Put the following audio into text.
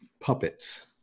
puppets